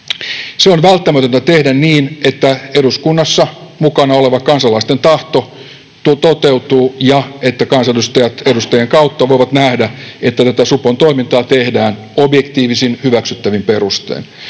Se on välttämätöntä tehdä niin, että eduskunnassa mukana oleva kansalaisten tahto toteutuu ja että kansanedustajat edustajien kautta voivat nähdä, että tätä supon toimintaa tehdään objektiivisin, hyväksyttävin perustein.